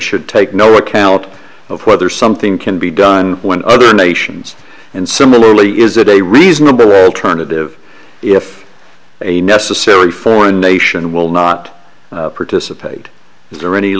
should take no account of whether something can be done when other nations and similarly is it a reasonable alternative if a necessary foreign nation will not participate is there any